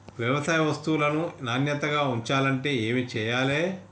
వ్యవసాయ వస్తువులను నాణ్యతగా ఉంచాలంటే ఏమి చెయ్యాలే?